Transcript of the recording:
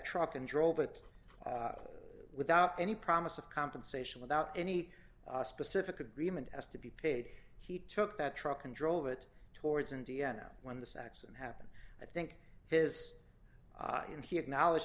truck and drove it without any promise of compensation without any specific agreement as to be paid he took that truck and drove it towards indiana when this accident happened i think is him he acknowledge